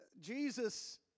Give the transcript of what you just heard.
Jesus